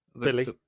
Billy